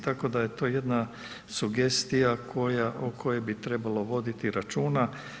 Tako da je to jedna sugestija o kojoj bi trebalo voditi računa.